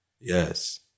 Yes